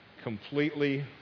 completely